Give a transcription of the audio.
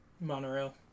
monorail